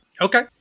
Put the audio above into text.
Okay